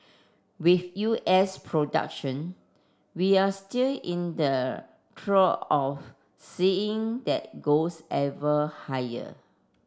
with U S production we're still in the throe of seeing that goes ever higher